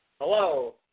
Hello